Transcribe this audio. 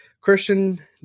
Christian